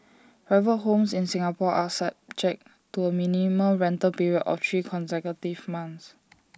private homes in Singapore are subject to A minimum rental period of three consecutive months